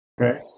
okay